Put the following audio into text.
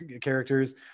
characters